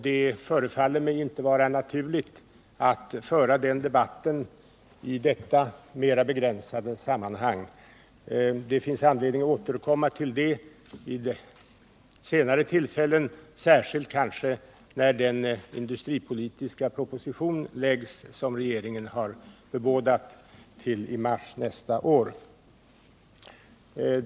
Det förefaller mig inte vara naturligt att föra den debatten i detta mera begränsade sammanhang. Det finns anledning att återkomma därtill vid senare tillfällen, särskilt kanske när den industripolitiska proposition läggs fram som regeringen har bebådat till i mars nästa år.